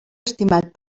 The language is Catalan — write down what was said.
estimat